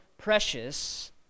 precious